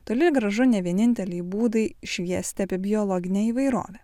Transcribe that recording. toli gražu ne vieninteliai būdai šviesti apie biologinę įvairovę